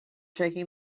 shaking